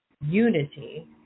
unity